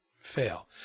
fail